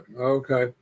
Okay